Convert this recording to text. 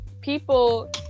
people